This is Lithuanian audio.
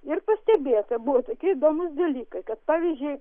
ir pastebėta buvo tokie įdomūs dalykai kad pavyzdžiui